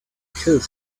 killed